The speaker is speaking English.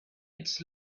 its